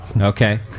Okay